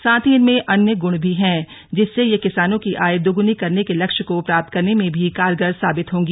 साथ ही इनमें अन्य गुण भी हैं जिससे ये किसानों की आय दुगुनी करने के लक्ष्य को प्राप्त करने में भी कारगर साबित होंगी